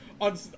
on